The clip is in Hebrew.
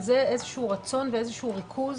זה איזה שהוא רצון ואיזה שהוא ריכוז